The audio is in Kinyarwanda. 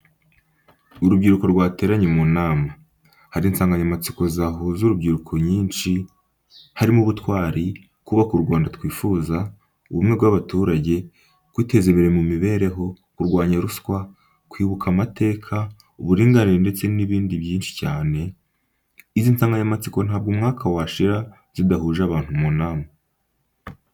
Urubyiruko rwateranye mu nama. Hari insanganyamatsiko zahuza urubyiruko nyinshi, harimo: ubutwari, kubaka u Rwanda twifuza, ubumwe bw'abaturage, kwiteza imbere mu mibereho, kurwanya ruswa, kwibuka amateka, uburinganire ndetse n'ibindi byinshi cyane, izi nsanganyamatsiko ntabwo umwaka washira zidahuje abantu mu nama.